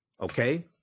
okay